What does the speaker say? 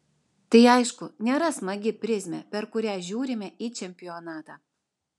tai aišku nėra smagi prizmė per kurią žiūrime į čempionatą